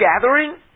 gathering